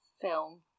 film